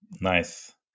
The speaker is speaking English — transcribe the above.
Nice